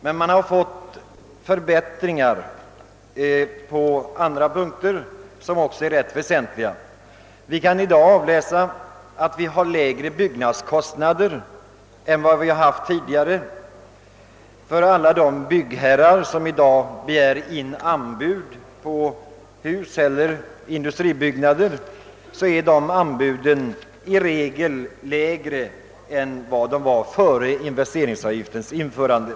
Men investeringsavgiften har även medfört andra förbättringar som är rätt väsentliga. Vi har i dag lägre byggnadskostnader än vi hade tidigare. De byggherrar, som i dag begär in anbud på bostadshus och industribyggnader, kan konstatera att anbuden i regel är lägre än före investeringsavgiftens införande.